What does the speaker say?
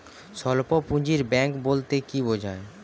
স্বল্প পুঁজির ব্যাঙ্ক বলতে কি বোঝায়?